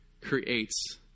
creates